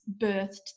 birthed